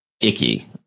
icky